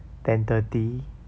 ten thirty